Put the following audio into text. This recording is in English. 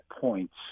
points